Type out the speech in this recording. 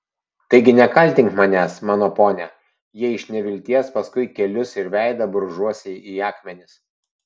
taigi nekaltink manęs mano pone jei iš nevilties paskui kelius ir veidą brūžuosi į akmenis